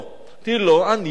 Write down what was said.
אמרתי: לא, אני מתנגד.